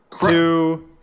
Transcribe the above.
two